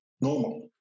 normal